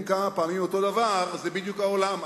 כמה פעמים אותו דבר זה בדיוק העולם.